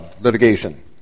litigation